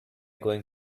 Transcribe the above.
going